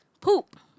poop